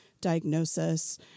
diagnosis